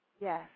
Yes